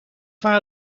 waar